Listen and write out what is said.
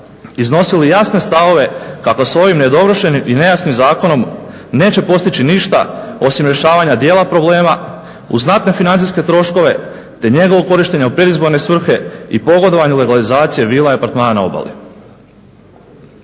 iznosili jasne stavove kako s ovim nedovršenim i nejasnim zakonom neće postići ništa osim rješavanja dijela problema uz znatne financijske troškove te njegovo korištenje u predizborne svrhe i pogodovanju legalizacije vila i apartmana na obali.